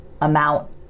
amount